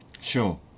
sure